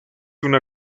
una